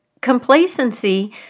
complacency